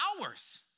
hours